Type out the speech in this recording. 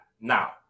Now